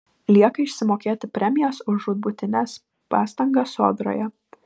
lieka išsimokėti premijas už žūtbūtines pastangas sodroje